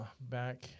back